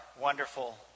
wonderful